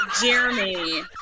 Jeremy